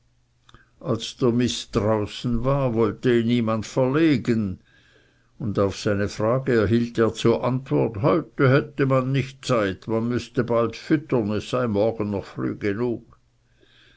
als der mist draußen war wollte ihn niemand verlegen und auf seine frage erhielt er zur antwort heute hätte man nicht zeit man müßte bald füttern es sei morgen noch früh genug